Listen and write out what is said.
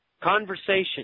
conversation